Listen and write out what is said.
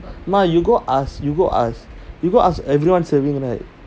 mom you go ask you go ask you go ask everyone serving you a